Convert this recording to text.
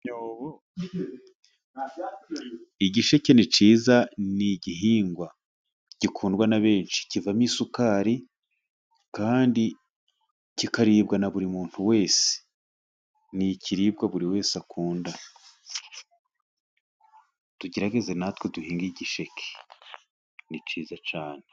Igisheke ni cyiza, ni igihingwa gikundwa na benshi, kivamo isukari kandi kikaribwa na buri wese, ni ikiribwa buri wese akunda. Tugerageze na twe duhinge igisheke ni cyiza cyane.